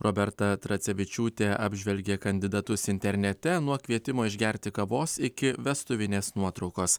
roberta tracevičiūtė apžvelgė kandidatus internete nuo kvietimo išgerti kavos iki vestuvinės nuotraukos